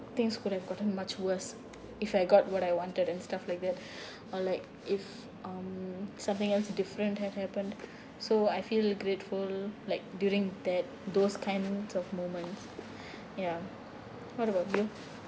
things could have gotten much worse if I got what I wanted and stuff like that or like if um something else different have happened so I feel grateful like during that those kinds of moment ya what about you